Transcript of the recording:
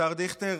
השר דיכטר,